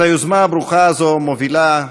את היוזמה הברוכה הזאת מובילים